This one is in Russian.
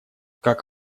как